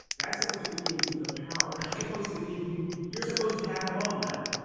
that's supposed to give you the power, that's supposed to give you. you're supposed to have it all now.